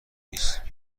نیست